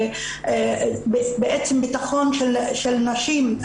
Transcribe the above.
בעצם בטחון של נשים,